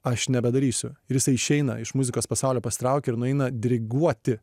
aš nebedarysiu ir jisai išeina iš muzikos pasaulio pasitraukia ir nueina diriguoti